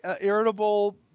irritable